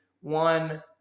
One